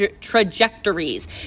trajectories